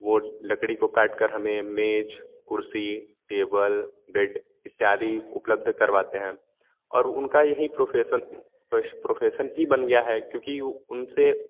वो लकड़ी को काट कर हमें मेज़ कुर्सी टेबल बेड इत्यादि उपलब्ध करवाते हैं और उनका यही प्रोफेसन प्रोस प्रोफेसन ही बन गया है क्योंकि उनसे